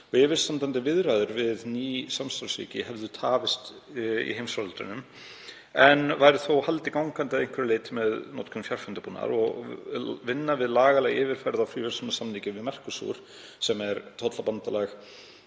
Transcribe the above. Yfirstandandi viðræður við ný samstarfsríki hefðu tafist í heimsfaraldrinum en væri þó haldið gangandi að einhverju leyti með notkun fjarfundabúnaðar. Vinna við lagalega yfirferð á fríverslunarsamningi Mercosur, sem er tollabandalag